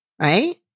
Right